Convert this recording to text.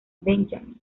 benjamin